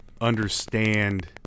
understand